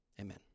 amen